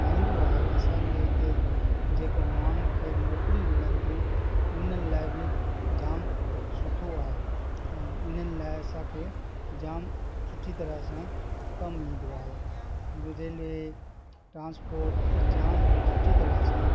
आईंदो आहे असांजे हिते जेको माण्हुनि खे नौकरियूं मिलनि थियूं हुननि लाइ बि जाम सुठो आहे ऐं हिननि लाइ असांखे जाम सुठी तरह सां कमु ईंदो आहे जीअं रेलवे ट्रांसपोट ई जाम सुठी तरह सां